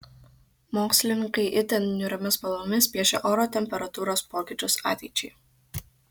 mokslininkai itin niūriomis spalvomis piešia oro temperatūros pokyčius ateičiai